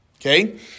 Okay